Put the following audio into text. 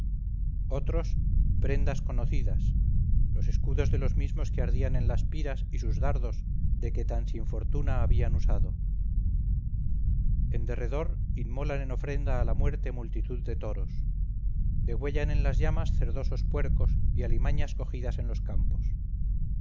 otros prendas conocidas los escudos de los mismos que ardían en las piras y sus dardos de que tan sin fortuna habían usado en derredor inmolan en ofrenda a la muerte multitud de toros degüellan en las llamas cerdosos puercos y alimañas cogidas en los campos